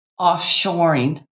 offshoring